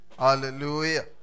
Hallelujah